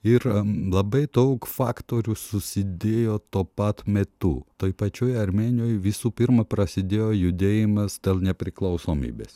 ir labai daug faktorių susidėjo tuo pat metu toj pačioj armėnijoj visų pirma prasidėjo judėjimas dėl nepriklausomybės